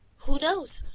who knows!